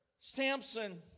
Samson